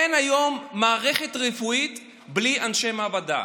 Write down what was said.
אין היום מערכת רפואית בלי אנשי מעבדה,